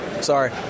sorry